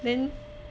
then